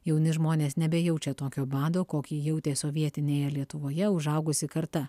jauni žmonės nebejaučia tokio bado kokį jautė sovietinėje lietuvoje užaugusi karta